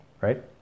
right